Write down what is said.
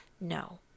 no